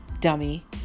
Dummy